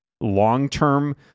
long-term